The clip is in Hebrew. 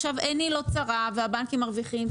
עיני לא צרה והבנקים מרוויחים,